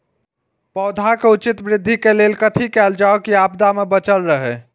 पौधा के उचित वृद्धि के लेल कथि कायल जाओ की आपदा में बचल रहे?